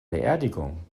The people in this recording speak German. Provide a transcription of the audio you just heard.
beerdigung